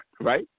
Right